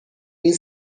این